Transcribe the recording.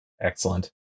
Excellent